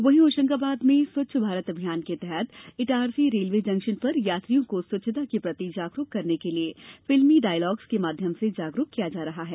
वहीं होशंगाबाद में स्वच्छ भारत अभियान के तहत इटारसी रेलवे जंक्शन पर यात्रियों को स्वच्छता के प्रति जागरूक करने के लिए फिल्मी डायलॉग के माध्यम से जागरूक किया जा रहा है